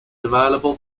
available